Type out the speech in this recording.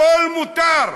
הכול מותר.